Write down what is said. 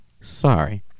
sorry